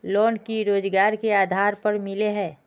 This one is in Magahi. लोन की रोजगार के आधार पर मिले है?